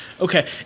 Okay